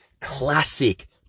classic